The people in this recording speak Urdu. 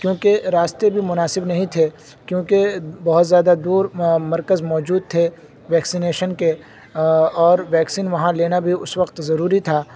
کیونکہ راستے بھی مناسب نہیں تھے کیونکہ بہت زیادہ دور مرکز موجود تھے ویکسینیشن کے اور ویکسین وہاں لینا بھی اس وقت ضروری تھا